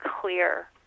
clear